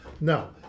Now